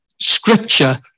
scripture